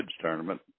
tournament